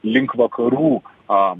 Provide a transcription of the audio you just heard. link vakarų a